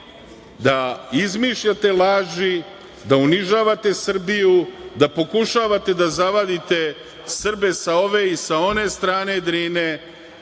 da izmišljate laži, da unižavate Srbiju, da pokušavate da zavadite Srbe sa ove i sa one strane Drine.